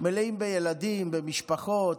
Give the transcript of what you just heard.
מלאים בילדים, במשפחות,